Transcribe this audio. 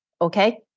Okay